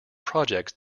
projects